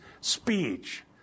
speech